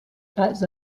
pas